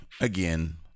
again